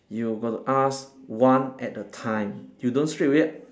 you got to ask one at a time you don't straight away